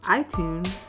iTunes